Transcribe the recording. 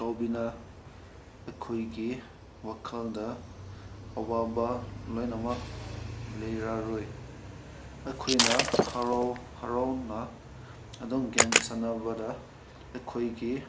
ꯇꯧꯕꯅ ꯑꯩꯈꯣꯏꯒꯤ ꯋꯥꯈꯜꯗ ꯑꯋꯥꯕ ꯂꯣꯏꯅꯃꯛ ꯂꯩꯔꯔꯣꯏ ꯑꯩꯈꯣꯏꯅ ꯍꯔꯥꯎ ꯍꯔꯥꯎꯅ ꯑꯗꯨꯝ ꯒꯦꯝ ꯁꯥꯟꯅꯕꯗ ꯑꯩꯈꯣꯏꯒꯤ